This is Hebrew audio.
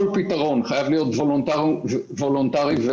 כל פתרון חייב להיות וולונטרי ומבוזר.